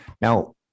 Now